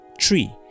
three